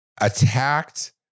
attacked